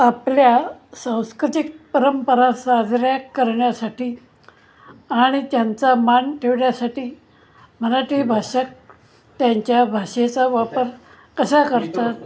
आपल्या सांस्कृतिक परंपरा साजऱ्या करण्यासाठी आणि त्यांचा मान ठेवण्यासाठी मराठी भाषक त्यांच्या भाषेचा वापर कसा करतात